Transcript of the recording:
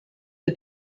the